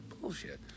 Bullshit